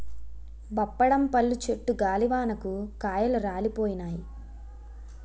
బప్పడం పళ్ళు చెట్టు గాలివానకు కాయలు రాలిపోయినాయి